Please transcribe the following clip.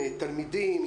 תלמידים,